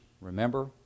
remember